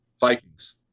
Vikings